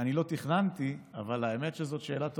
אני לא תכננתי אבל האמת שזאת שאלה טובה: